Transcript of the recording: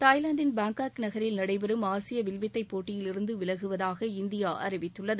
Thailand Bangkok நகரில் நடைபெறும் ஆசிய வில்வித்தை போட்டியிலிருந்து விலகுவதாக இந்தியா அறிவித்துள்ளது